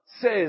says